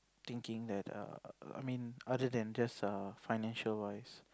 thinking that err I mean other than just err financial wise